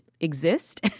exist